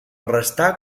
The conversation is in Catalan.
restà